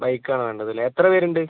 bike ആണ് വേണ്ടത് അല്ലേ എത്ര പേര് ഉണ്ട്